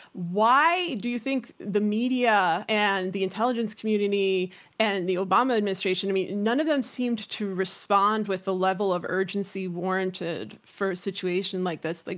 why do you think the media and the intelligence community and the obama administration, none of them seemed to respond with the level of urgency warranted for a situation like this? like